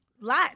lot